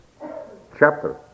Chapter